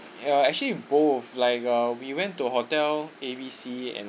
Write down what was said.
ya actually both like uh we went to hotel A B C and